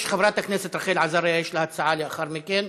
חברת הכנסת רחל עזריה, יש לה הצעה לאחר מכן.